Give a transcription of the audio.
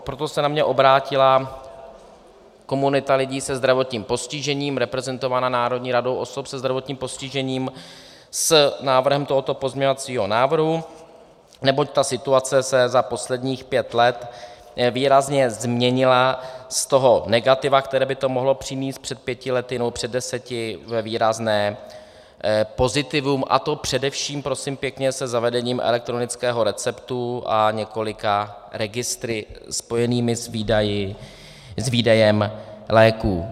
Proto se na mě obrátila komunita lidí se zdravotním postižením reprezentovaná Národní radou osob se zdravotním postižením s návrhem tohoto pozměňovacího návrhu, neboť ta situace se za posledních pět let výrazně změnila z toho negativa, které by to mohlo přinést před pěti lety nebo před deseti, ve výrazné pozitivum, a to především, prosím pěkně, se zavedením elektronického receptu a několika registry spojenými s výdejem léků.